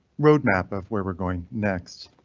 road map of where we're going next.